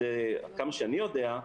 עד כמה שאני יודע,